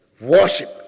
worship